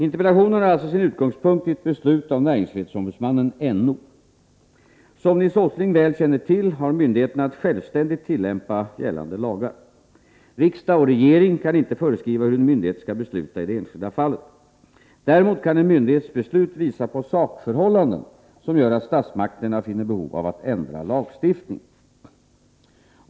Interpellationen har alltså sin utgångspunkt i ett beslut av näringsfrihetsombudsmannen, NO. Som Nils Åsling väl känner till har myndigheterna att självständigt tillämpa gällande lagar. Riksdag och regering kan inte föreskriva hur en myndighet skall besluta i det enskilda fallet. Däremot kan en myndighets beslut visa på sakförhållanden som gör att statsmakterna finner behov av att ändra lagstiftningen.